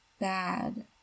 bad